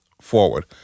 forward